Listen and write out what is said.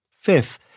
Fifth